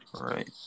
right